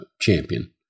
champion